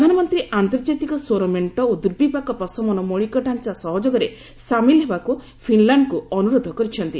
ପ୍ରଧାନମନ୍ତ୍ରୀ ଆନ୍ତର୍ଜାତିକ ସୌର ମେଣ୍ଟ ଓ ଦୂର୍ବିପାକ ପ୍ଶମନ ମୌଳିକ ଢାଞ୍ଚା ସହଯୋଗରେ ସାମିଲ ହେବାକୁ ଫିନ୍ଲାଣ୍ଡକୁ ଅନୁରୋଧ କରିଛନ୍ତି